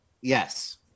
Yes